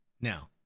Now